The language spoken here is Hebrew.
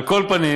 על כל פנים,